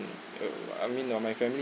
err uh I mean uh my family